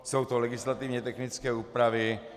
Jsou to legislativně technické úpravy.